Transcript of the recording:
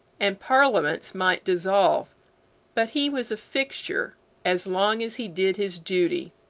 and parliaments might dissolve but he was a fixture as long as he did his duty.